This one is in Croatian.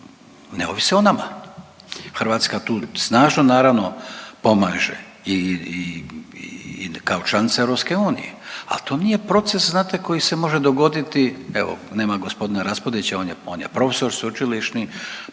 ne ovise o nama. Hrvatska tu snažno naravno pomaže i kao članica EU, ali to nije proces znate koji se može dogoditi, evo nema gospodina Raspudića, on je profesor sveučilišni,